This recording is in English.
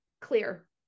clear